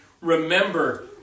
remember